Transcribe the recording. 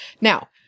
Now